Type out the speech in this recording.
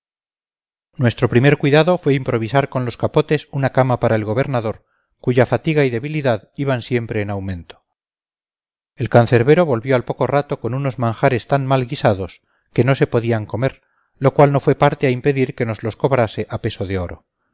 nuestro primer cuidado fue improvisar con los capotes una cama para el gobernador cuya fatiga y debilidad iban siempre en aumento el cancerbero volvió al poco rato con unos manjares tan mal guisados que no se podían comer lo cual no fue parte a impedir que nos los cobrase a peso de oro